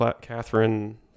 Catherine